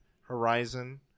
Horizon